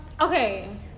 Okay